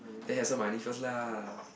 then have some money first lah